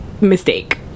mistake